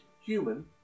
Human